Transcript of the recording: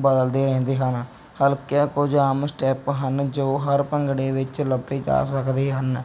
ਬਦਲਦੇ ਰਹਿੰਦੇ ਹਨ ਹਲਕਿਆਂ ਕੁਝ ਆਮ ਸਟੈਪ ਹਨ ਜੋ ਹਰ ਭੰਗੜੇ ਵਿੱਚ ਲੱਭੇ ਜਾ ਸਕਦੇ ਹਨ